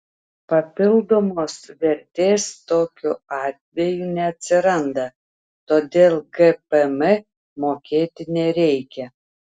papildomos vertės tokiu atveju neatsiranda todėl gpm mokėti nereikia